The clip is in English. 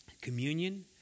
communion